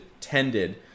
tended